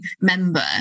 member